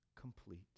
complete